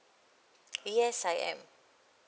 yes I am